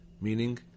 Meaning